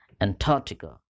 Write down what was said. Antarctica